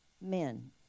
men